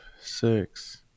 Six